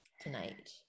tonight